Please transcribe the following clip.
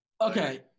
okay